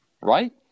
right